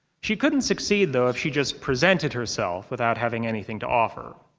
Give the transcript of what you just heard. she couldn't succeed, though, if she just presented herself without having anything to offer.